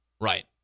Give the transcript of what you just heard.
Right